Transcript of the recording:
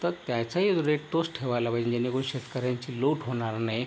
तर त्याचाही रेट तोच ठेवायला पाहिजे जेणेकरून शेतकऱ्यांची लूट होणार नाही